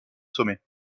sommet